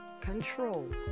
control